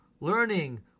learning